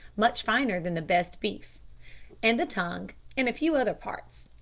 much finer than the best beef and the tongue, and a few other parts.